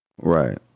right